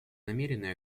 намерены